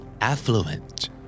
Affluent